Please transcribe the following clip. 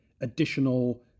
additional